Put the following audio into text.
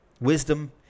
wisdom